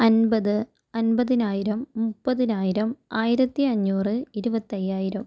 അൻപത് അൻപതിനായിരം മുപ്പതിനായിരം ആയിരത്തി അഞ്ഞൂറ് ഇരുപത്തയ്യായിരം